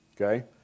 okay